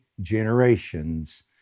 generations